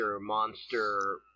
monster